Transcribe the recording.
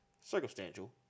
Circumstantial